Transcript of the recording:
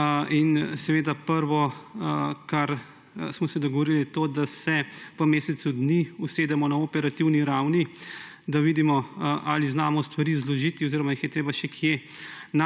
evrov. Prvo, kar smo se dogovorili, je to, da se po mesecu dni usedemo na operativni ravni, da vidimo, ali znamo stvari zložiti oziroma jih je treba še kje